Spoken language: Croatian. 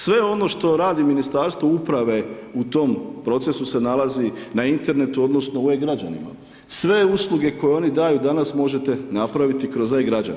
Sve ono što radi Ministarstvo uprave u tom procesu se nalazi na internetu odnosno u e-građanima, sve usluge koji oni daju danas možete napraviti kroz e-građane.